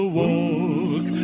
walk